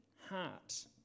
heart